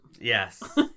Yes